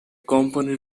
company